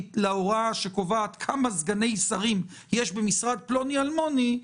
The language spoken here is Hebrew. להוראה שקובעת כמה סגני שרים יש במשרד פלוני אלמוני,